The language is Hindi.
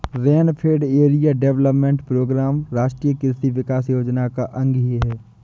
रेनफेड एरिया डेवलपमेंट प्रोग्राम राष्ट्रीय कृषि विकास योजना का अंग ही है